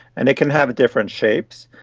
and it can have different shapes,